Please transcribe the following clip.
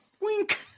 Wink